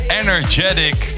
energetic